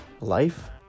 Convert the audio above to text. life